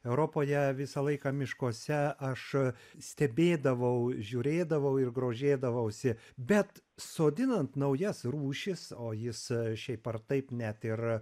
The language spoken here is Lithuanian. europoje visą laiką miškuose aš stebėdavau žiūrėdavau ir grožėdavausi bet sodinant naujas rūšis o jis šiaip ar taip net ir